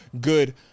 good